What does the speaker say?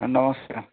ଆ ନମସ୍କାର